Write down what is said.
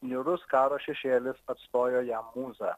niūrus karo šešėlis atstojo jam mūzą